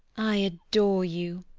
i adore you.